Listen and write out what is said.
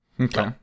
Okay